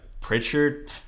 Pritchard